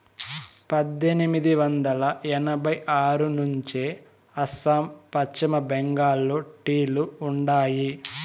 పద్దెనిమిది వందల ఎనభై ఆరు నుంచే అస్సాం, పశ్చిమ బెంగాల్లో టీ లు ఉండాయి